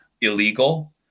illegal